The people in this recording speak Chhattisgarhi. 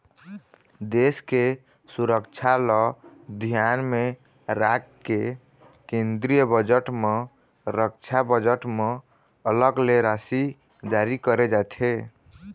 देश के सुरक्छा ल धियान म राखके केंद्रीय बजट म रक्छा बजट म अलग ले राशि जारी करे जाथे